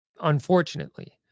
Unfortunately